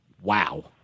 Wow